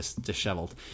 disheveled